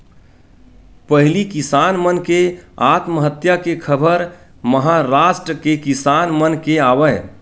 पहिली किसान मन के आत्महत्या के खबर महारास्ट के किसान मन के आवय